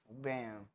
bam